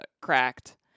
cracked